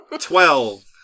Twelve